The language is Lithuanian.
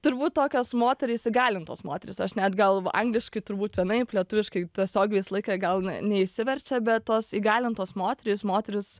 turbūt tokios moterys įgalintos moterys aš net gal angliškai turbūt vienaip lietuviškai tiesiog visą laiką gal ne neišsiverčia be tos įgalintos moterys moterys